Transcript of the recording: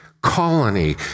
colony